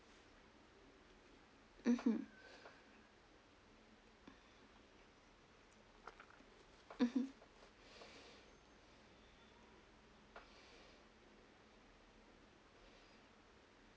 mmhmm mmhmm